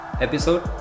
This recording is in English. episode